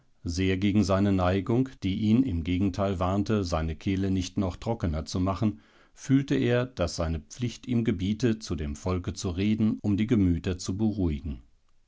sehr gegen seine neigung die ihn im gegenteil warnte seine kehle nicht noch trockener zu machen fühlte er daß seine pflicht ihm gebiete zu dem volke zu reden um die gemüter zu beruhigen